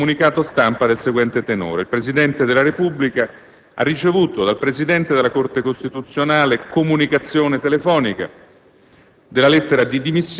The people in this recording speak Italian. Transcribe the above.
dirama un comunicato stampa del seguente tenore: «Il Presidente della Repubblica ha ricevuto dal Presidente della Corte costituzionale comunicazione telefonica